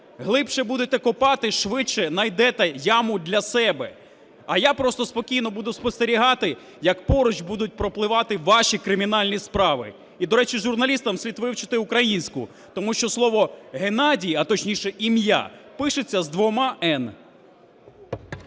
Глибше будете копати – швидше найдете яму для себе. А я просто спокійно буду спостерігати, як поруч будуть пропливати ваші кримінальні справи. І до речі, журналістам слід вивчити українську, тому що слово "Геннадій", а точніше ім'я пишеться з двома